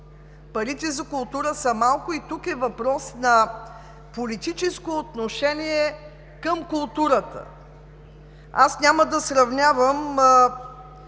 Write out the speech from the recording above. Парите за култура са малко и тук е въпрос на политическо отношение към културата. Аз няма да сравнявам